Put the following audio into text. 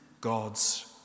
God's